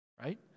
right